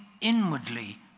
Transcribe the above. inwardly